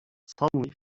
suddenly